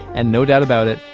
and no doubt about it,